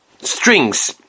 strings